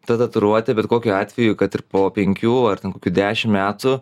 ta tatuiruotė bet kokiu atveju kad ir po penkių ar kokių dešim metų